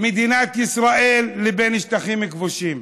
מדינת ישראל לבין שטחים כבושים.